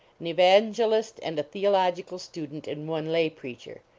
an evangelist and a theo logical student and one lay preacher.